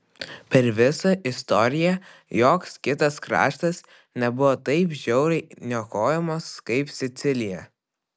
per visą istoriją joks kitas kraštas nebuvo taip žiauriai niokojamas kaip sicilija